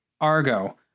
Argo